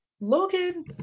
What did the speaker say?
Logan